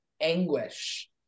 anguish